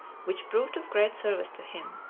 which proved of great service to him.